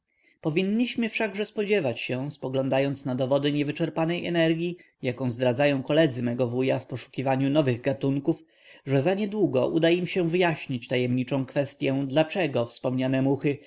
powinniśmy wszakże spodziewać się spoglądając na dowody niewyczerpanej energii jaką zdradzają koledzy mego wuja w poszukiwaniu nowych gatunków że niezadługo uda się im wyjaśnić tajemniczą kwestyę dlaczego wspomniane muchy